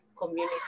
community